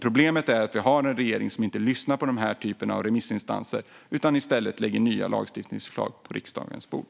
Problemet är att vi har en regering som inte lyssnar på den typen av remissinstanser utan i stället lägger fram nya lagstiftningsförslag på riksdagens bord.